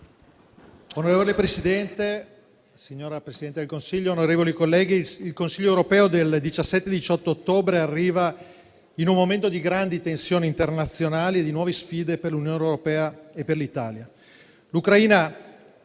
Signor Presidente, signora Presidente del Consiglio, onorevoli colleghi, il Consiglio europeo del 17 e 18 ottobre arriva in un momento di grandi tensioni internazionali e di nuove sfide per l'Unione europea e per l'Italia.